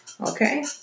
Okay